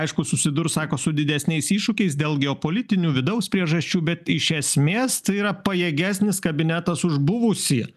aišku susidurs sako su didesniais iššūkiais dėl geopolitinių vidaus priežasčių bet iš esmės tai yra pajėgesnis kabinetas už buvusį